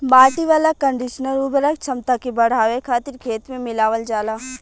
माटी वाला कंडीशनर उर्वरक क्षमता के बढ़ावे खातिर खेत में मिलावल जाला